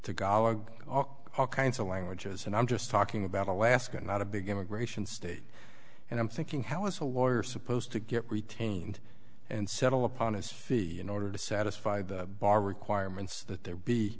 gallaga all kinds of languages and i'm just talking about alaska not a big immigration state and i'm thinking how us a lawyer supposed to get retained and settle upon his fee in order to satisfy the bar requirements that there be